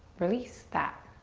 release that.